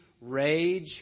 rage